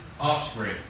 offspring